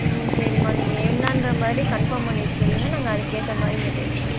ம் சரிம்மா நீங்கள் என்னான்ற மாதிரி கன்ஃபார்ம் பண்ணிவிட்டு சொல்லுங்கள் நாங்கள் அதுக்கேற்ற மாதிரி இங்கே பேசுகிறோம்